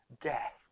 death